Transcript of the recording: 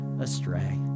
astray